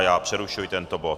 Já přerušuji tento bod.